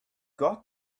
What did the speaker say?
got